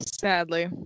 Sadly